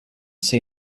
say